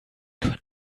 können